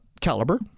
caliber